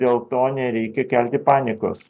dėl to nereikia kelti panikos